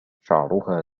شعرها